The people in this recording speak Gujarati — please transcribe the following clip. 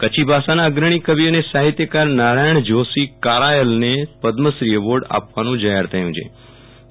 કચ્છી ભાષાના અગ્રણી કવિ અને સાહિત્યકાર નારાયણ જોષી કારાયલ ને પદમશ્રી એવોર્ડ આપવાનું જાહેર થયુછે